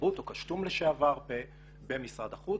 תרבות או קשתו"ם לשעבר במשרד החוץ,